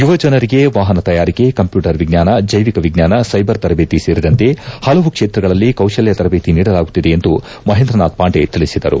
ಯುವಜನರಿಗೆ ವಾಪನ ತಯಾರಿಕೆ ಕಂಪ್ಯೂಟರ್ ವಿಜ್ವಾನ ಜೈವಿಕ ವಿಜ್ವಾನ ಸೈಬರ್ ತರಬೇತಿ ಸೇರಿದಂತೆ ಹಲವು ಕ್ಷೇತ್ರಗಳಲ್ಲಿ ಕೌಶಲ್ಯ ತರಬೇತಿ ನೀಡಲಾಗುತ್ತಿದೆ ಎಂದು ಮಹೇಂದ್ರ ನಾಥ್ ಪಾಂಡೆ ತಿಳಿಸಿದರು